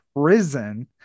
prison